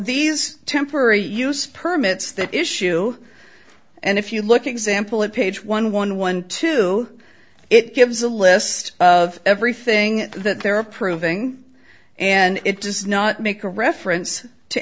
these temporary use permits that issue and if you look example at page one one one two it gives a list of everything that they're approving and it does not make a reference to